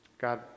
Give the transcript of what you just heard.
God